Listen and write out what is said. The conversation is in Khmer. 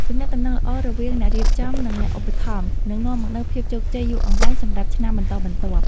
ទំនាក់ទំនងល្អរវាងអ្នករៀបចំ និង អ្នកឧបត្ថម្ភនឹងនាំមកនូវភាពជោគជ័យយូរអង្វែងសម្រាប់ឆ្នាំបន្តបន្ទាប់។